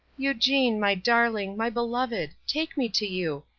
eugene, my darling, my beloved, take me to you.